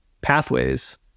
pathways